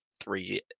three